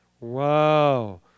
Wow